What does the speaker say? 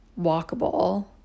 walkable